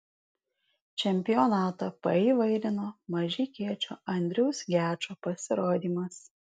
čempionatą paįvairino mažeikiečio andriaus gečo pasirodymas